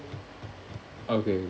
okay